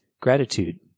gratitude